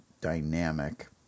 dynamic